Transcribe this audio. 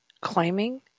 claiming